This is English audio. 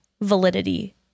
validity